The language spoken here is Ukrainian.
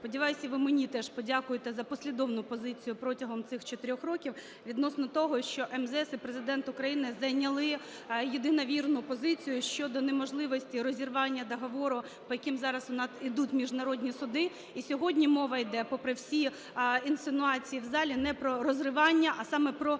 Сподіваюсь, і ви мені теж подякуєте за послідовну позицію протягом цих 4 років відносно того, що МЗС і Президент України зайняли єдино вірну позицію щодо неможливості розірвання договору, по яким зараз ідуть міжнародні суди. І сьогодні мова іде, попри всі інсинуації в залі, не про розривання, а саме про